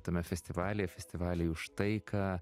tame festivalyje festivaliai už taiką